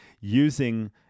using